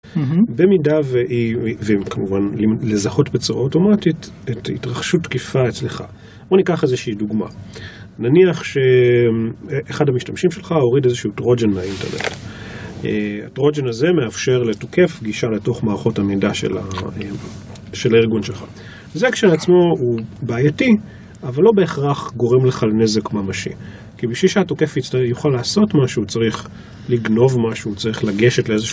במידה, וכמובן לזהות בצורה אוטומטית, את התרחשות תקיפה אצלך. בוא ניקח איזושהי דוגמה. נניח שאחד המשתמשים שלך הוריד איזשהו טרוג'ן מהאינטרנט. הטרוג'ן הזה מאפשר לתוקף גישה לתוך מערכות המידע של הארגון שלך. זה כשלעצמו הוא בעייתי, אבל לא בהכרח גורם לך לנזק ממשי. כי בשביל שהתוקף יוכל לעשות משהו, צריך לגנוב משהו, צריך לגשת לאיזשהו...